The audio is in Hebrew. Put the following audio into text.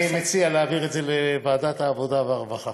אני מציע להעביר את זה לוועדת העבודה והרווחה.